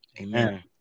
Amen